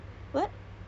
kerja apa